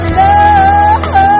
love